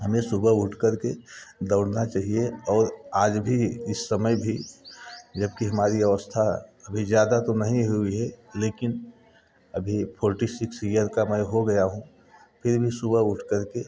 हमें सुबह उठ कर के दौड़ना चाहिए और आज भी इस समय भी जबकि हमारी अवस्था अभी ज़्यादा तो नहीं हुई है लेकिन अभी फॉर्टी सिक्स ईयर का मैं हो गया हूँ फिर भी सुबह उठ कर के